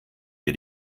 wir